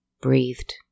Breathed